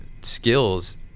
skills